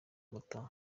amata